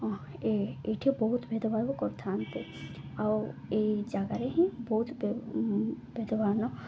ଏ ଏଠି ବହୁତ ଭେଦଭାବ କରିଥାନ୍ତି ଆଉ ଏଇ ଜାଗାରେ ହିଁ ବହୁତ ଭେଦଭାବ